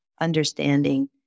understanding